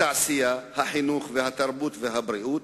התעשייה, החינוך, התרבות והבריאות,